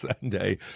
Sunday